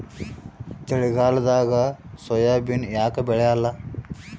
ಚಳಿಗಾಲದಾಗ ಸೋಯಾಬಿನ ಯಾಕ ಬೆಳ್ಯಾಲ?